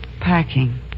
packing